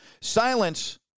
silence